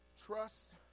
trust